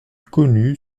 connue